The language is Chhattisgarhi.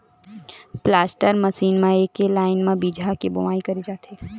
प्लाटर मसीन म एके लाइन म बीजहा के बोवई करे जाथे